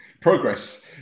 progress